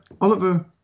Oliver